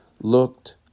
looked